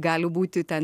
gali būti ten